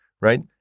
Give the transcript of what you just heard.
right